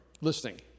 listening